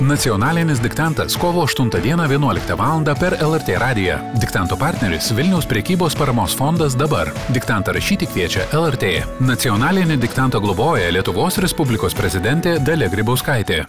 nacionalinis diktantas kovo aštuntą dieną vienuoliktą valandą per lrt radiją diktanto partneris vilniaus prekybos paramos fondas dabar diktantą rašyti kviečia lrt nacionalinį diktantą globoja lietuvos respublikos prezidentė dalia grybauskaitė